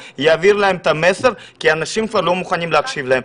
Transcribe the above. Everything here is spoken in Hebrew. יעביר להם את המסר כי אנשים כבר לא מוכנים להקשיב להם.